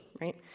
right